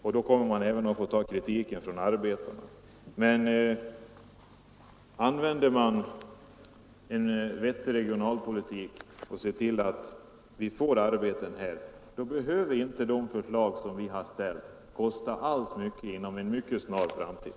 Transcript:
Och då får man också möta kritik från arbetarna. Men för man en vettig regionalpolitik och ser till att det skapas arbetsmöjligheter, så behöver de förslag vi ställt inte kosta mycket inom en snar framtid.